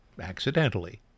accidentally